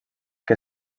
que